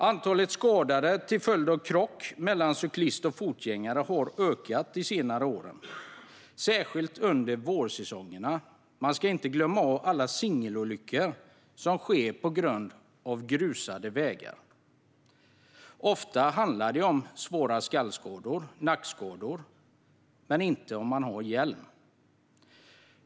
Antalet skadade till följd av krock mellan cyklist och fotgängare har ökat de senaste åren, särskilt under vårsäsongerna - man ska inte glömma alla singelolyckor som sker på grund av grusade vägar. Ofta handlar det om svåra skallskador och nackskador - men inte om man har hjälm.